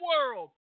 world